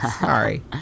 Sorry